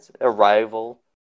arrival